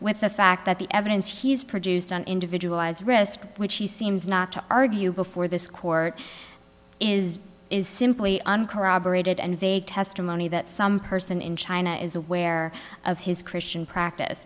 with the fact that the evidence he's produced on individual lies risk which he seems not to argue before this court is is simply uncorroborated and vague testimony that some person in china is aware of his christian practice